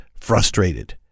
frustrated